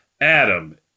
Adam